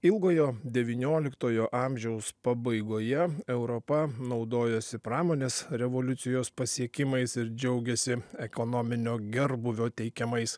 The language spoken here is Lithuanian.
ilgojo devynioliktojo amžiaus pabaigoje europa naudojosi pramonės revoliucijos pasiekimais ir džiaugėsi ekonominio gerbūvio teikiamais